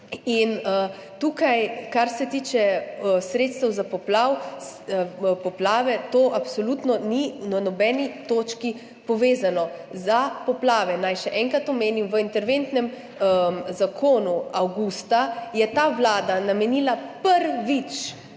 In tukaj, kar se tiče sredstev za poplave, to absolutno ni na nobeni točki povezano. Za poplave, naj še enkrat omenim, v interventnem zakonu avgusta je ta vlada namenila prvič,